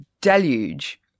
deluge